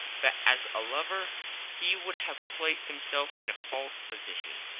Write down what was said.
but as a lover he would have placed himself in a false position.